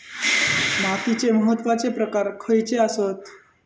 मातीचे महत्वाचे प्रकार खयचे आसत?